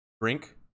drink